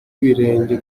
ibirenge